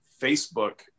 Facebook